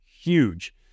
Huge